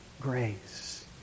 grace